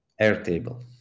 Airtable